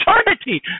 eternity